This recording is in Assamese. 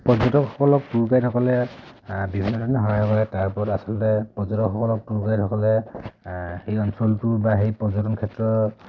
পৰ্যটকসকলক টুৰ গাইডসকলে বিভিন্ন ধৰণে সহায় কৰে তাৰ ওপৰত আচলতে পৰ্যটকসকলক টুৰ গাইডসকলে সেই অঞ্চলটোৰ বা সেই পৰ্যটন ক্ষেত্ৰত